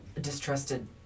distrusted